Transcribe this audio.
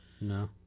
No